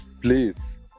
Please